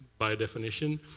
by definition.